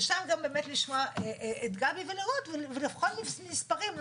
ושם גם באמת לשמוע את גבי ולראות ולבחון מספרים,